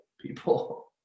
people